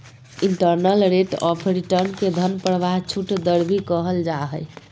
internal rate of return के धन प्रवाह छूट दर भी कहल जा हय